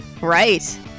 Right